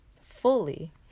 Fully